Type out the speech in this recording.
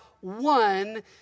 one